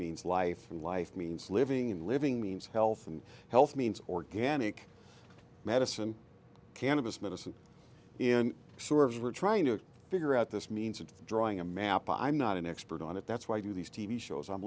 means life and life means living in living means health and health means organic medicine cannabis medicine in sort of we're trying to figure out this means of drawing a map i'm not an expert on it that's why do these t v shows i'm